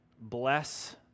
bless